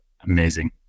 amazing